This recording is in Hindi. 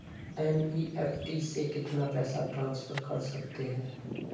एन.ई.एफ.टी से कितना पैसा ट्रांसफर कर सकते हैं?